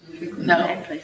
No